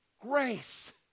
grace